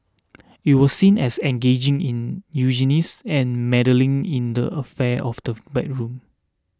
it was seen as engaging in eugenics and meddling in the affairs of the bedroom